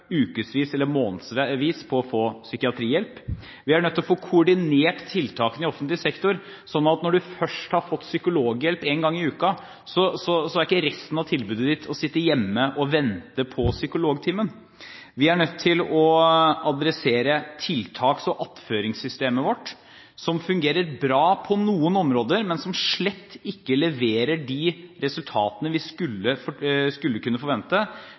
eller månedsvis på å få psykiatrihjelp. Vi er nødt til å få koordinert tiltakene i offentlig sektor, slik at når du først har fått psykologhjelp en gang i uken, er ikke resten av tilbudet ditt å sitte hjemme og vente på psykologtimen. Vi er nødt til å adressere tiltaks- og attføringssystemet vårt, som fungerer bra på noen områder, men som slett ikke leverer de resultatene vi skulle kunne forvente